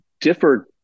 differed